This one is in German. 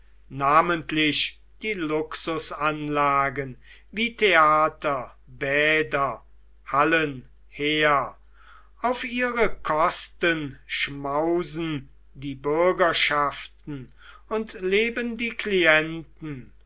namentlich die luxusanlagen wie theater bäder hallen her auf ihre kosten schmausen die bürgerschaften und leben die klienten